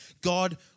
God